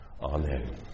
Amen